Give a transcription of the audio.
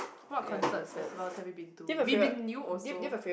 what concerts festivals have you been to We Been New also